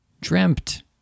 Dreamt